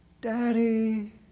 Daddy